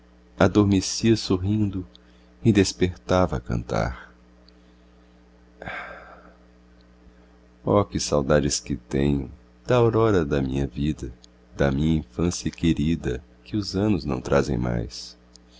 adormecia sorrindo e despertava a cantar oh que saudades que tenho da aurora da minha vida da minha infância querida que os anos não trazem mais